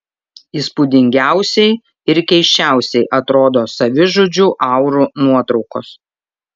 įspūdingiausiai ir keisčiausiai atrodo savižudžių aurų nuotraukos